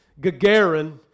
Gagarin